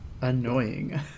annoying